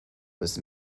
was